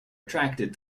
attracted